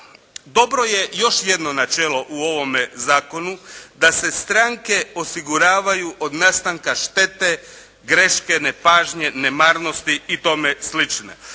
Dobro je još jedno načelo u ovome zakonu da se stranke osiguravaju od nastanka štete, greške, nepažnje, nemarnosti i tome slično.